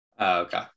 Okay